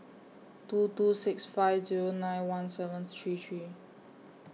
two two six five Zero nine one seven three three